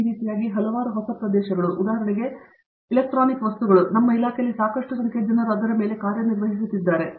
ಈ ರೀತಿಯಾಗಿ ಹಲವಾರು ಹೊಸ ಪ್ರದೇಶಗಳು ಉದಾಹರಣೆಗೆ ಎಲೆಕ್ಟ್ರಾನಿಕ್ ವಸ್ತುಗಳು ನಮ್ಮ ಇಲಾಖೆಯಲ್ಲಿ ಸಾಕಷ್ಟು ಸಂಖ್ಯೆಯ ಜನರು ಅದರ ಮೇಲೆ ಕಾರ್ಯನಿರ್ವಹಿಸುತ್ತಿದ್ದಾರೆ